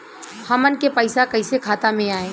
हमन के पईसा कइसे खाता में आय?